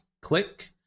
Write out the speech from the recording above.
Click